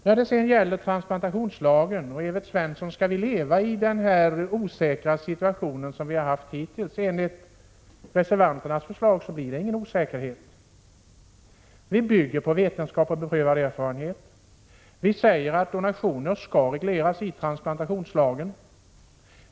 När det gäller transplantationslagen, Evert Svensson, är frågan: Skall vi leva i den osäkra situation som vi har haft hittills? Enligt reservanternas förslag blir det ingen osäkerhet. Vi bygger på vetenskap och beprövad erfarenhet. Vi säger att donationer skall regleras i transplantationslagen.